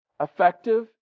Effective